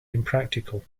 impractical